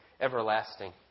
everlasting